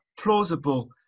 plausible